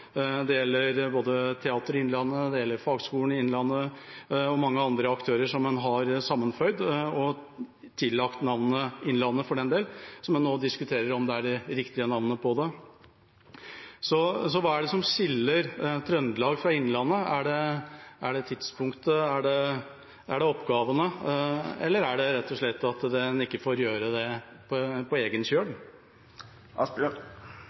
Det gjelder Teater Innlandet, Fagskolen Innlandet og mange andre aktører som en har sammenføyd og tillagt navnet Innlandet, som en nå diskuterer om er det riktige navnet på det. Så hva er det som skiller Trøndelag fra Innlandet? Er det tidspunktet? Er det oppgavene, eller er det rett og slett at en ikke får gjøre det på egen kjøl?